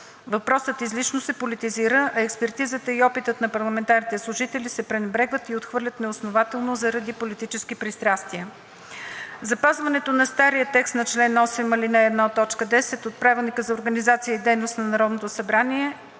Въпросът излишно се политизира, а експертизата и опитът на парламентарните служители се пренебрегват и отхвърлят неоснователно заради политически пристрастия. Запазването на стария текст на чл. 8, ал. 1, т. 10 от Правилника за организацията и дейността на Народното събрание